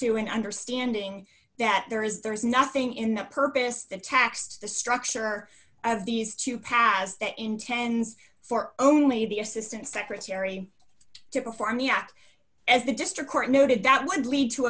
to an understanding that there is there is nothing in the purpose of tax the structure of these two paths that intends for only the assistant secretary to perform the act as the district court noted that would lead to